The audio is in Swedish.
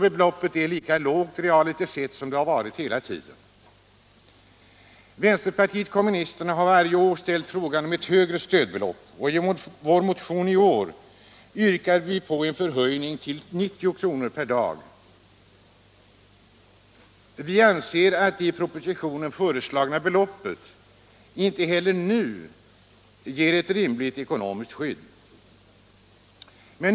Beloppet är alltså, realiter sett, lika lågt som det varit hela tiden. Vpk har varje år väckt frågan om ett högre stödbelopp. I vår motion i år yrkar vi på en förhöjning till 90 kr. per dag. Vi anser att inte heller det nu i propositionen föreslagna beloppet ger ett rimligt ekonomiskt skydd.